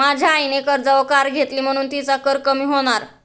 माझ्या आईने कर्जावर कार घेतली म्हणुन तिचा कर कमी होणार